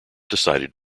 decided